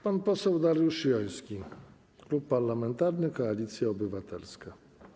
Pan poseł Dariusz Joński, Klub Parlamentarny Koalicja Obywatelska.